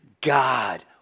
God